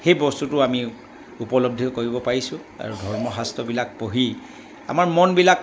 সেই বস্তুটো আমি উপলব্ধিও কৰিব পাৰিছোঁ আৰু ধৰ্ম শাস্ত্ৰবিলাক পঢ়ি আমাৰ মনবিলাক